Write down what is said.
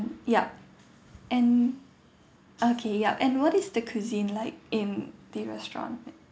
yup and okay yup and what is the cuisine like in the restaurant